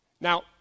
Now